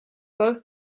both